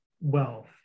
wealth